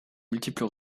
multiples